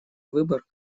выбор